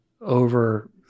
over